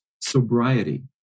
sobriety